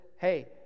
hey